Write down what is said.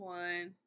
one